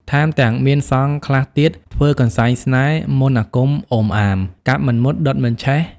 ថែមទាំងមានសង្ឃខ្លះទៀត ធ្វើកន្សែងស្នេហ៍ មន្តអាគមអូមអាម កាប់មិនមុតដុតមិនឆេះ ។